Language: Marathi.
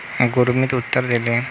गुर्मीत उत्तर दिले